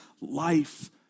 life